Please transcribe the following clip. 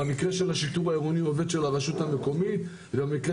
במקרה של השיטור העירוני הוא עובד של הרשות המקומית ובמקרה